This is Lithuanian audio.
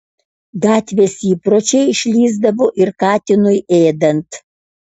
gatvės įpročiai išlįsdavo ir katinui ėdant